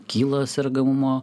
kyla sergamumo